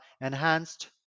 enhanced